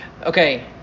Okay